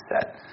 set